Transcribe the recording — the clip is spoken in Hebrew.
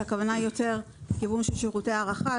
הכוונה היא יותר לשירותי הארחה,